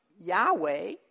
Yahweh